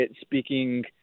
speaking